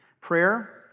prayer